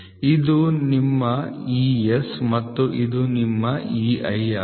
ಇದು ನಿಮ್ಮ E S ಮತ್ತು ಇದು ನಿಮ್ಮ E I ಆಗಿದೆ